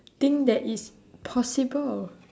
think that it's possible